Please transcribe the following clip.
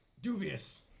dubious